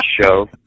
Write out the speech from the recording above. show